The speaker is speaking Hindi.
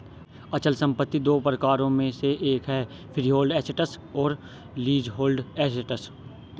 अचल संपत्ति दो प्रकारों में से एक है फ्रीहोल्ड एसेट्स और लीजहोल्ड एसेट्स